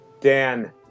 Dan